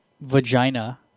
vagina